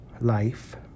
life